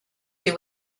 you